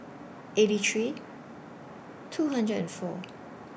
eighty three two hundred and four